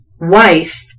wife